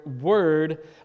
word